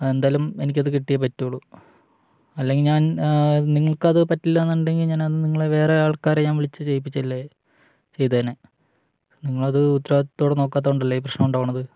ആ എന്തായാലും എനിക്കത് കിട്ടിയെ പറ്റുള്ളൂ അല്ലെങ്കില് ഞാൻ നിങ്ങൾക്കത് പറ്റില്ലെന്നുണ്ടെങ്കില് ഞാനത് വേറെ ആൾക്കാരെ ഞാൻ വിളിച്ച് ചെയ്തേനെ നിങ്ങളത് ഉത്തരവാദിത്തത്തോടെ നോക്കാത്തതുകൊണ്ടല്ലേ ഈ പ്രശ്നമുണ്ടാകുന്നത്